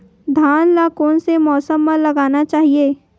धान ल कोन से मौसम म लगाना चहिए?